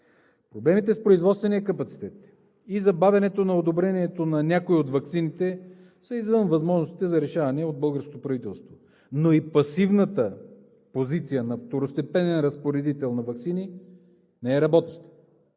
Проблемите с производствения капацитет и забавянето на одобрението на някои от ваксините са извън възможностите за решаване от българското правителство, но и пасивната позиция на второстепенен разпоредител на ваксини не е работеща.